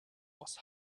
was